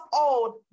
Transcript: old